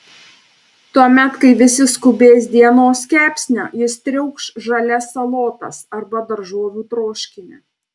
tuomet kai visi skubės dienos kepsnio jis triaukš žalias salotas arba daržovių troškinį